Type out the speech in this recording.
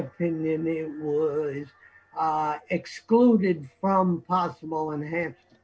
opinion the word is excluded from possible enhanced